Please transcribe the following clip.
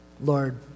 Lord